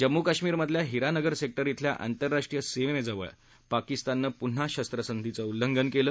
जम्म् कश्मीरमधल्या हीरानगर सेक्टर इथल्या आंतरराष्ट्रीय सीमेजवळ पाकिस्ताननं प्न्हा शस्त्रसंधीचं उल्लंघन केलं